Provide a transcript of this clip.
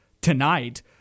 tonight